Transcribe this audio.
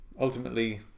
Ultimately